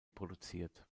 produziert